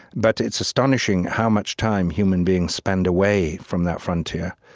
but it's astonishing how much time human beings spend away from that frontier,